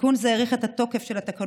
תיקון זה האריך את התוקף של תקנות